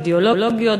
אידיאולוגיות,